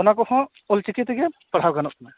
ᱚᱱᱟ ᱠᱚᱦᱚᱸ ᱚᱞ ᱪᱤᱠᱤ ᱛᱮᱜᱮ ᱯᱟᱲᱦᱟᱣ ᱜᱟᱱᱚᱜ ᱠᱟᱱᱟ